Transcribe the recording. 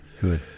good